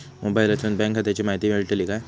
मोबाईलातसून बँक खात्याची माहिती मेळतली काय?